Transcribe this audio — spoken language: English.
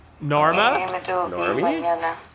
Norma